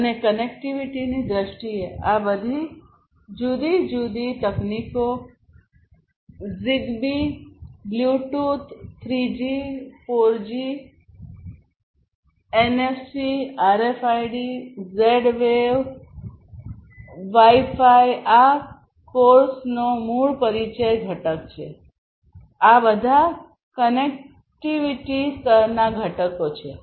અને કનેક્ટિવિટીની દ્રષ્ટિએ આ બધી જુદી જુદી તકનીકો Zigbee Bluetooth 3 G 4 G NFC RFID Z wave wifi કોર્સનો મૂળ પરિચય ઘટક છે આ બધા કનેક્ટિવિટી સ્તરના ઘટકો છે